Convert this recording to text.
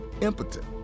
impotent